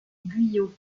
guyot